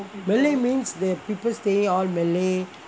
malay means the people staying all malay